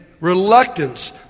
reluctance